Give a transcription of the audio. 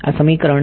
અહીં એક છે